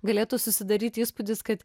galėtų susidaryti įspūdis kad